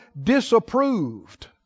disapproved